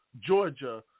Georgia